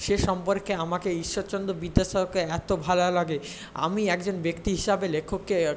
সে সম্পর্কে আমাকে ঈশ্বরচন্দ্র বিদ্যাসাগরকে এত ভালো লাগে আমি একজন ব্যক্তি হিসাবে লেখককে